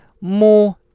more